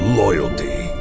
loyalty